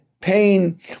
pain